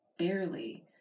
barely